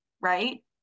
right